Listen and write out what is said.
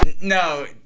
no